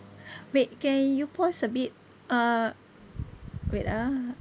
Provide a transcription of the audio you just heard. wait can you pause a bit uh wait ah